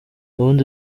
ubundi